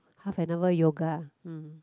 half an hour yoga